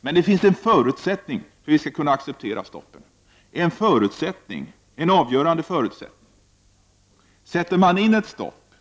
Men det finns en förutsättning för att vi skall kunna acceptera stoppen, en avgörande förutsättning. Sätter man in ett stopp,